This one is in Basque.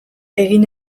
egin